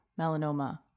melanoma